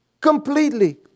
Completely